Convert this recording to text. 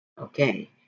Okay